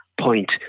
point